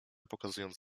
pokazując